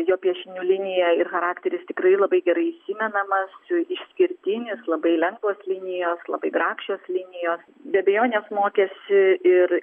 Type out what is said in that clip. jo piešinių linija ir charakteris tikrai labai gerai įsimenamas su išskirtinis labai lengvos linijos labai grakščios linijos be abejonės mokėsi ir